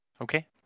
Okay